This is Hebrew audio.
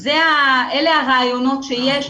אלה הרעיונות שיש.